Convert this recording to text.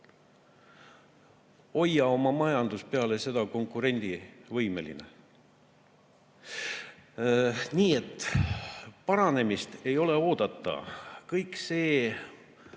siis oma majandus peale seda konkurentsivõimelisena! Nii et paranemist ei ole oodata. Kõik see